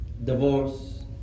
Divorce